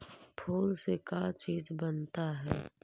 फूल से का चीज बनता है?